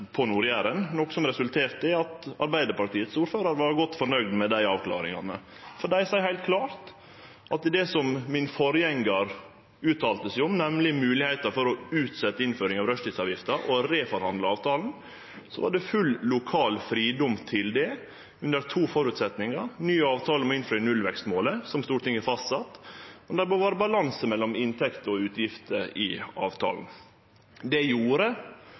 som resulterte i at ordføraren frå Arbeidarpartiet også var godt fornøgd med avklaringane. Det er heilt klart at det som forgjengaren min uttalte seg om, nemleg at det var full lokal fridom til å utsetje innføring av rushtidsavgifta og reforhandle avtalen – under to føresetnader: ny avtale om å innfri nullvekstmålet som Stortinget har fastsett, og balanse mellom utgifter og inntekter i avtalen, gjorde